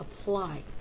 apply